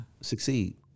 succeed